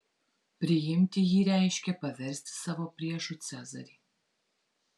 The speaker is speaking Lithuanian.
priimti jį reiškė paversti savo priešu cezarį